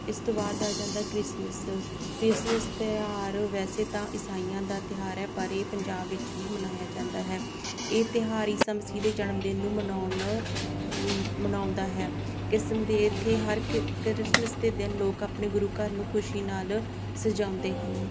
ਇਸ ਤੋਂ ਬਾਅਦ ਆ ਜਾਂਦਾ ਕ੍ਰਿਸਮਿਸ ਕ੍ਰਿਸਮਿਸ ਤਿਉਹਾਰ ਵੈਸੇ ਤਾਂ ਇਸਾਈਆਂ ਦਾ ਤਿਉਹਾਰ ਹੈ ਪਰ ਇਹ ਪੰਜਾਬ ਵਿੱਚ ਵੀ ਮਨਾਇਆ ਜਾਂਦਾ ਹੈ ਇਹ ਤਿਉਹਾਰ ਇਸਾ ਮਸੀਹ ਦੇ ਜਨਮਦਿਨ ਨੂੰ ਮਨਾਉਣ ਮਨਾਉਂਦਾ ਹੈ ਕਿਸਮ ਦੇ ਇੱਥੇ ਹਰ ਕ ਕ੍ਰਿਸਮਿਸ ਦੇ ਦਿਨ ਲੋਕ ਆਪਣੇ ਗੁਰੂ ਘਰ ਨੂੰ ਖੁਸ਼ੀ ਨਾਲ ਸਜਾਉਂਦੇ ਹਨ